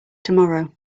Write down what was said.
tomorrow